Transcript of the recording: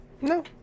No